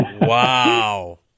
Wow